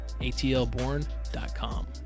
atlborn.com